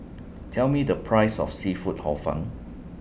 Tell Me The Price of Seafood Hor Fun